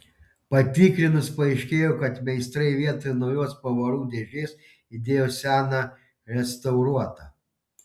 patikrinus paaiškėjo kad meistrai vietoj naujos pavarų dėžės įdėjo seną restauruotą